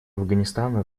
афганистана